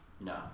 No